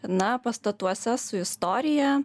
na pastatuose su istorija